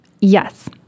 Yes